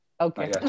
okay